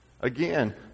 Again